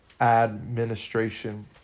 administration